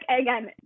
again